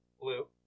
Blue